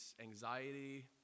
anxiety